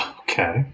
okay